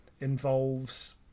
involves